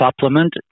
supplement